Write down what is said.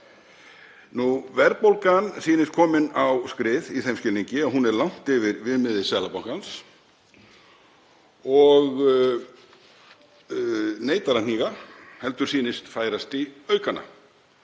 Verðbólgan sýnist komin á skrið í þeim skilningi að hún er langt yfir viðmiði Seðlabankans og neitar að hníga heldur sýnist færast í aukana.